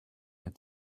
had